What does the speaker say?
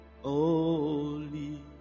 holy